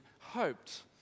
hoped